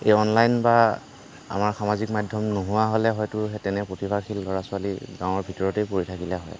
এই অনলাইন বা আমাৰ সামাজিক মাধ্যম নোহোৱা হ'লে হয়তো সেই তেনে প্ৰতিভাশীল ল'ৰা ছোৱালী গাঁৱৰ ভিতৰতেই পৰি থাকিলে হয়